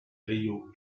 río